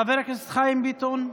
חבר הכנסת חיים ביטון,